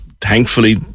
thankfully